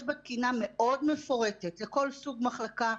בה תקינה מאוד מפורטת לכל סוג מחלקה,